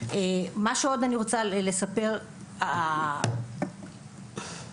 מה שעוד אני רוצה לספר, זה